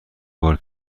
بار